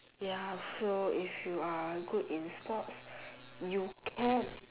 ya so if you are good in sports you can